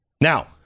Now